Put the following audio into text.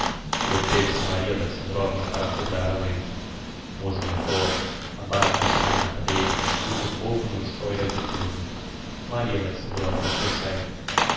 deteve-se maria alexandrovna para cobrar alento mozgliakov a barafustar na cadeira que por pouco não estoira de todo maria alexandrovna prosegue